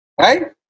right